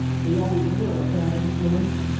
they always were a bad influence!